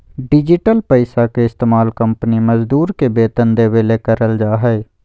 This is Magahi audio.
डिजिटल पैसा के इस्तमाल कंपनी मजदूर के वेतन देबे ले करल जा हइ